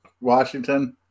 Washington